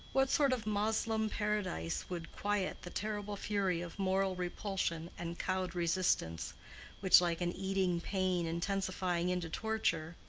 what sort of moslem paradise would quiet the terrible fury of moral repulsion and cowed resistance which, like an eating pain intensifying into torture,